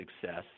success